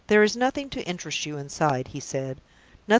there is nothing to interest you inside, he said.